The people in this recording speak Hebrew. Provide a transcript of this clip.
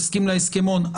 תסכים להסכמון,